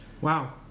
Wow